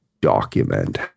document